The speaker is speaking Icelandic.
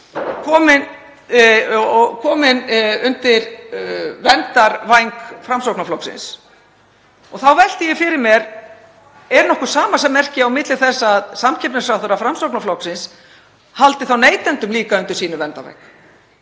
kominn undir verndarvæng Framsóknarflokksins þá velti ég fyrir mér: Er nokkuð samasemmerki á milli þess og að samkeppnisráðherra Framsóknarflokksins haldi þá neytendum líka undir sínum verndarvæng?